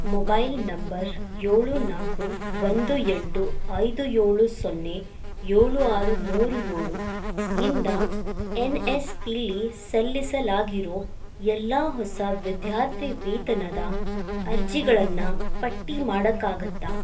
mobile number ಏಳು ನಾಲ್ಕು ಒಂದು ಎಂಟು ಐದು ಏಳು ಸೊನ್ನೆ ಏಳು ಆರು ಮೂರು ಏಳು ಇಂದ ಎನ್ ಎಸ್ ಪಿಲಿ ಸಲ್ಲಿಸಲಾಗಿರೋ ಎಲ್ಲ ಹೊಸ ವಿದ್ಯಾರ್ಥಿ ವೇತನದ ಅರ್ಜಿಗಳನ್ನು ಪಟ್ಟಿ ಮಾಡೋಕ್ಕಾಗತ್ತಾ